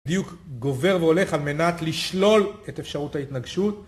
דיוק גובר והולך על מנת לשלול את אפשרות ההתנגשות